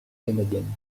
canadienne